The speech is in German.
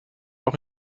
auch